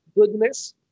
goodness